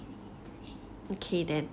okay then